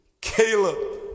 Caleb